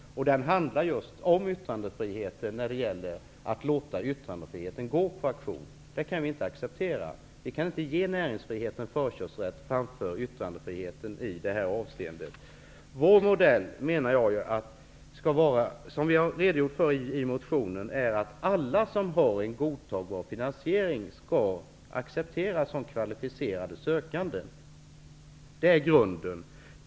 Det handlar då om just yttrandefriheten och om att låta denna gå på auktion. Något sådant kan vi inte acceptera. Vi kan inte ge näringsfriheten förköpsrätt framför yttrandefriheten i detta avseende. Vår modell, vilken vi redogör för i vår motion, är att alla som har en godtagbar finansiering skall accepteras som kvalificerade sökande. Det är grunden.